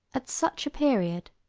at such a period,